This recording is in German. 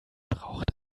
braucht